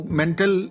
mental